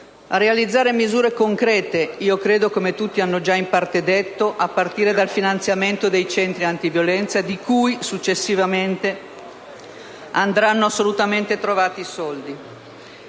a realizzare misure concrete (come tutti hanno già in parte evidenziato, a partire dal finanziamento dei centri antiviolenza per i quali in seguito andranno assolutamente trovati i soldi)